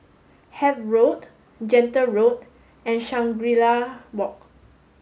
Hythe Road Gentle Road and Shangri La Walk